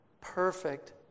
perfect